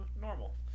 normal